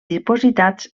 dipositats